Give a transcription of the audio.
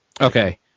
Okay